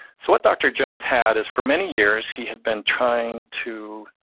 so what dr. jones had is for many years, he had been trying to.